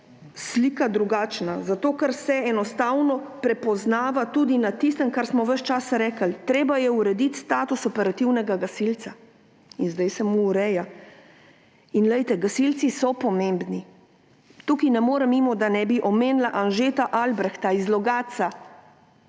slika drugačna, zato ker se enostavno prepoznava tudi na tistem, kar smo ves čas govorili – treba je urediti status operativnega gasilca. In zdaj se ureja. Gasilci so pomembni. Tukaj ne morem mimo tega, da bi omenila Anžeta Albrehta iz Logatca,